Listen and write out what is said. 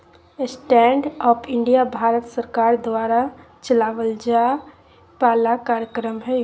stand up India Bharat सरकार द्वारा चलावल जाय वाला कार्यक्रम हय